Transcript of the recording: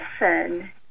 listen